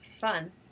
Fun